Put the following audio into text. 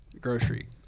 grocery